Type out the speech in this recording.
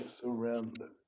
surrender